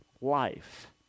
life